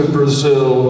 Brazil